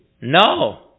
No